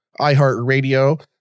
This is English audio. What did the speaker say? iHeartRadio